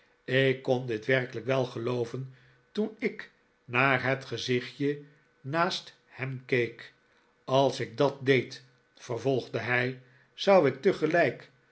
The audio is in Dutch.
ik kon dit werkelijk wel gelooven toen ik naar het gezichtje naast hem keek als ik dat deed vervolgde hij zou ik tegelijk